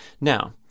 Now